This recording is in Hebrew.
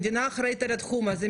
המדינה אחראית על התחום הזה,